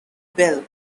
bell